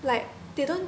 like they don't